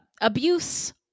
abuse